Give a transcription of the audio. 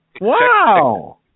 Wow